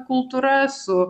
kultūra su